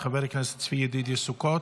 חבר הכנסת צבי ידידיה סוכות,